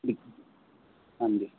ਹਾਂਜੀ